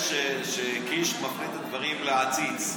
מתפלא שקיש מפנה את הדברים לעציץ.